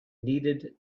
needed